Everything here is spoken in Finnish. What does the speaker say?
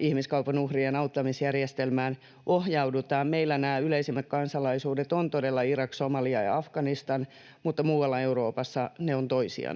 ihmiskaupan uhrien auttamisjärjestelmään ohjaudutaan. Meillä yleisimmät kansalaisuudet ovat todella Irak, Somalia ja Afganistan, mutta muualla Euroopassa maat ovat toisia.